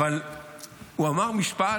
אבל הוא אמר משפט